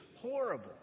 horrible